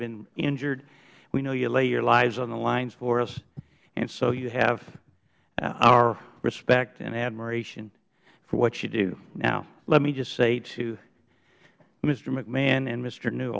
been injured we know you lay your lives on the lines for us and so you have our respect and admiration for what you do now let me just say to mr hmcmahon and mr hnew